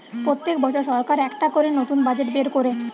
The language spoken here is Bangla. পোত্তেক বছর সরকার একটা করে নতুন বাজেট বের কোরে